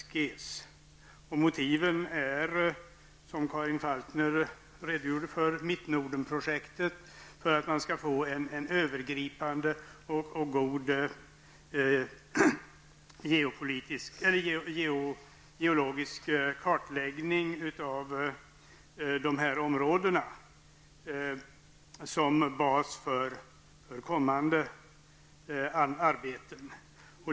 Motiven för detta är, som Karin Falkmer redovisade, Mittnordenprojektet, som syftar till en övergripande och god geologisk kartläggning i berörda områden som bas för kommande arbeten.